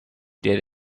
did